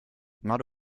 not